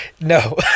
No